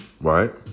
right